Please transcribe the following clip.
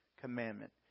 commandment